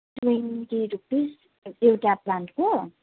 twenty rupees एउटा प्लान्टको